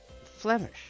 Flemish